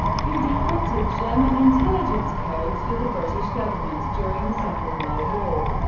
who decrypted german intelligence codes for the british government during the second world war.